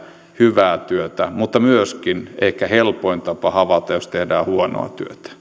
hyvää työtä mutta myöskin ehkä helpoin tapa havaita jos tehdään huonoa työtä